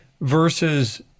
versus